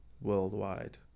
worldwide